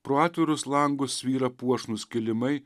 pro atvirus langus svyra puošnūs kilimai